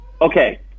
Okay